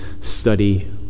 study